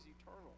eternal